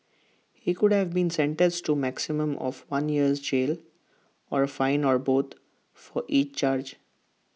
he could have been sentenced to A maximum of one year's jail or A fine or both for each charge